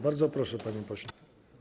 Bardzo proszę, panie pośle.